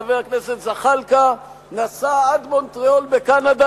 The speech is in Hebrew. חבר הכנסת זחאלקה נסע עד מונטריאול בקנדה